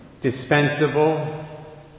dispensable